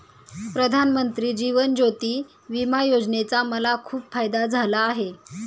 प्रधानमंत्री जीवन ज्योती विमा योजनेचा मला खूप फायदा झाला आहे